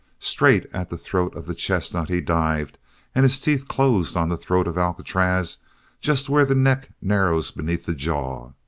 straight at the throat of the chestnut he dived and his teeth closed on the throat of alcatraz just where the neck narrows beneath the jaw.